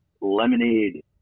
lemonade